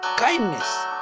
kindness